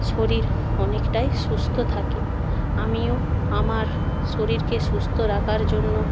শরীর অনেকটাই সুস্থ থাকে আমিও আমার শরীরকে সুস্থ রাখার জন্য